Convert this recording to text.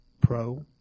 pro